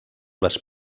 les